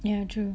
yeah true